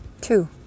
two